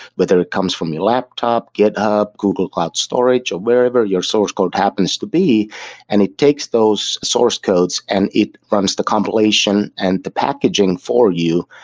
whether it comes from your laptop, github, google cloud storage of ah wherever your source code happens to be and it takes those source codes and it runs the compilation and the packaging for you,